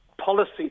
policy